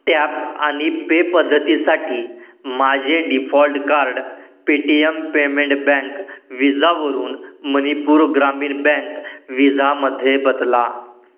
tap आणि pay पद्धतीसाठी माझे default card Paytm payment bank व्हिजावरून मणिपूर ग्रामीण बँक व्हिजामध्ये बदला